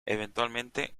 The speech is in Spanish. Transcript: eventualmente